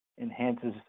enhances